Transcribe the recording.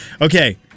Okay